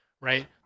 right